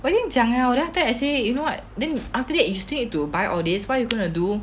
我已经讲了 then after that I say you know what then after that you still need to buy all this what you gonna do